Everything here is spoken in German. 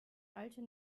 alte